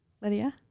Lydia